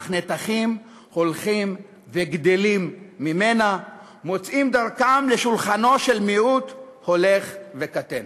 אך נתחים הולכים וגדלים ממנה מוצאים דרכם לשולחנו של מיעוט הולך וקטן.